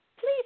please